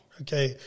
Okay